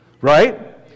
Right